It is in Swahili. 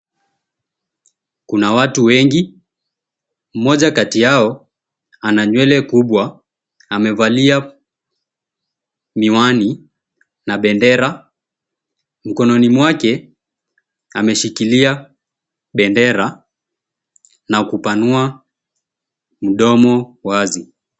Kuna watu wengi. Mmoja kati yao ana nywele kubwa, amevalia miwani na bendera. Mkononi mwake, ameshikilia bendera na kupanua mdomo wazi.